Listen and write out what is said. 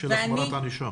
החמרת ענישה.